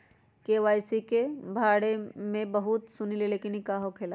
KYC के बारे में हम बहुत सुनीले लेकिन इ का होखेला?